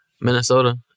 Minnesota